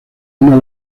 una